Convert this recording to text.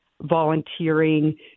volunteering